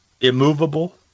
immovable